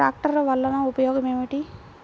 ట్రాక్టర్లు వల్లన ఉపయోగం ఏమిటీ?